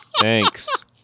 Thanks